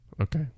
Okay